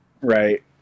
Right